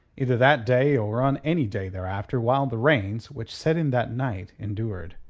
either that day or on any day thereafter while the rains which set in that night endured.